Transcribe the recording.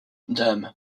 dame